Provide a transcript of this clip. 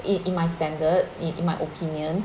in in my standard in my opinion